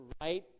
right